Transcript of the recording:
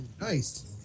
nice